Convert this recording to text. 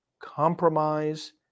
Compromise